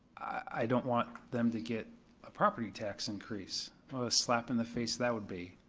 i don't want them to get a property tax increase slap in the face that would be.